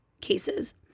cases